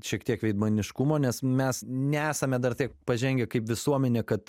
šiek tiek veidmainiškumo nes mes nesame dar tiek pažengę kaip visuomenė kad